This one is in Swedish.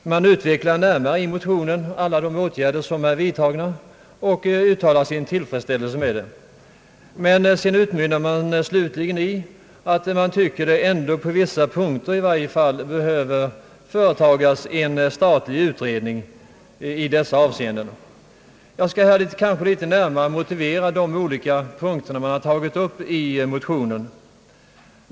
I motionen utvecklas närmare alla de åtgärder som vidtagits, och man uttalar sin tillfredsställelse med detta. Men så utmynnar motionen i att man tycker att en statlig utredning behöver företagas i varje fall på vissa punkter. Jag skall kanske litet närmare granska de olika punkter som tagits upp i motionen.